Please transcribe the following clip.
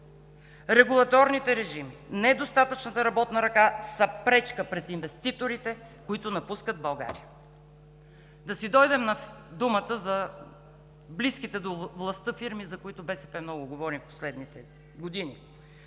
регулаторните режими, недостатъчната работна ръка са пречка пред инвеститорите, които напускат България.“ Да си дойдем на думата за близките до властта фирми, за които БСП много говори в последните години.